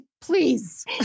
Please